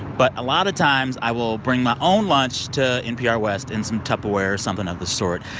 but a lot of times, i will bring my own lunch to npr west in some tupperware or something of the sort.